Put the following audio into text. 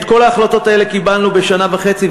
את כל ההחלטות האלה קיבלנו בחודש וחצי,